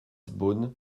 beaune